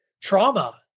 trauma